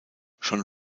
schon